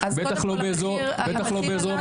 בטח לא באזור המרכז,